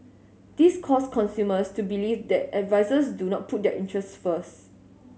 this caused consumers to believe that advisers do not put their interest first